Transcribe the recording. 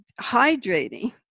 hydrating